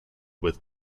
with